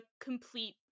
complete